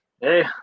Hey